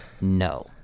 no